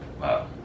Wow